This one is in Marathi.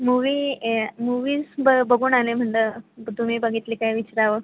मुवी आहे मुवीज ब बघून आले म्हणलं तुम्ही बघितली काय विचारावं